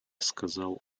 сказал